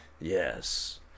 Yes